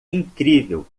incrível